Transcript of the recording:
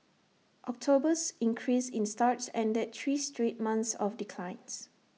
October's increase in starts ended three straight months of declines